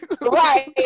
Right